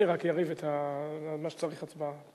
תן לי רק, יריב, את מה שצריך הצבעה.